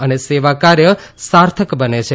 અને સેવાકાર્ય સાર્થક બને છે